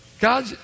God